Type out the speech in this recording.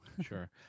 Sure